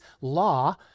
law